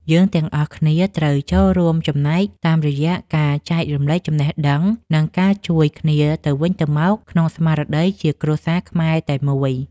យើងទាំងអស់គ្នាត្រូវចូលរួមចំណែកតាមរយៈការចែករំលែកចំណេះដឹង និងការជួយគ្នាទៅវិញទៅមកក្នុងស្មារតីជាគ្រួសារខ្មែរតែមួយ។